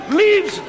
leaves